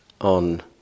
on